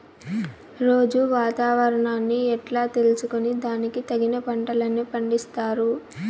రోజూ వాతావరణాన్ని ఎట్లా తెలుసుకొని దానికి తగిన పంటలని పండిస్తారు?